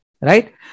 right